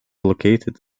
located